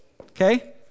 Okay